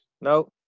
no